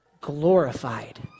Glorified